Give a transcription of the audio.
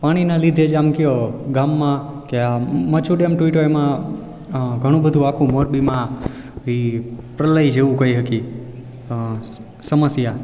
પાણીના લીધે જ આમ કયો ગામમાં કે આ મચ્છુ ડેમ તૂટ્યો એમાં ઘણું બધું આખું મોરબીમાં ઈ પ્રલય જેવું કઈ હતી સમસ્યા